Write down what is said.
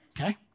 okay